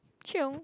chiong